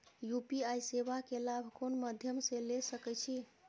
UPI सेवा के लाभ कोन मध्यम से ले सके छी?